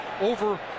over